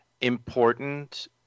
important